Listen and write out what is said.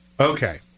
Okay